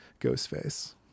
Ghostface